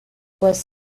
was